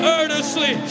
earnestly